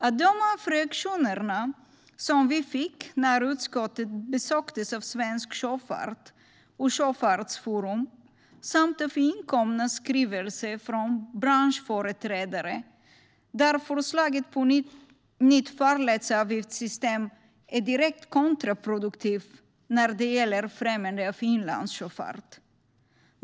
Att döma av reaktionerna som vi fick när utskottet besöktes av Svensk Sjöfart och Sjöfartsforum samt av inkomna skrivelser från branschföreträdare är förslaget till ett nytt farledsavgiftssystem direkt kontraproduktivt när det gäller främjande av inlandssjöfart.